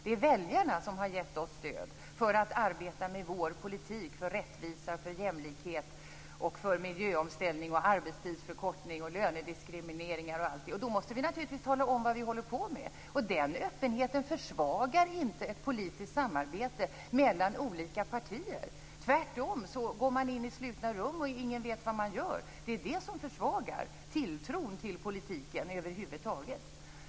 Det är väljarna som har givit oss stöd för att arbeta med vår politik för rättvisa, för jämlikhet, för miljöomställning och för att arbeta med arbetstidsförkortning, lönediskriminering och allt. Då måste vi naturligtvis tala om vad vi håller på med. Den öppenheten försvagar inte ett politiskt samarbete mellan olika partier - tvärtom. Det är om man går in i slutna rum och ingen vet vad man gör som man försvagar tilltron till politiken över huvud taget.